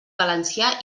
valencià